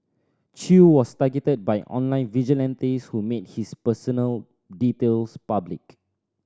Chew was targeted by online vigilantes who made his personal details public